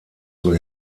zur